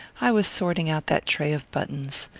i was sorting out that tray of buttons.